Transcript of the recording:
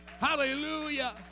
Hallelujah